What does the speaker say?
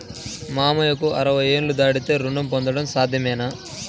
మామయ్యకు అరవై ఏళ్లు దాటితే రుణం పొందడం సాధ్యమేనా?